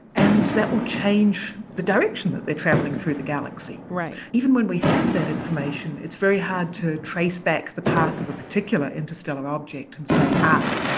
and that will change the direction that they're travelling through the galaxy right even when we have that information, it's very hard to trace back the path of a particular interstellar object and say, ah,